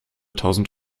tausend